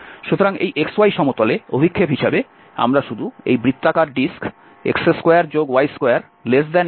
সুতরাং এই xy সমতলে অভিক্ষেপ হিসাবে আমরা শুধু এই বৃত্তাকার ডিস্ক x2y2≤1 পাব